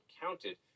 counted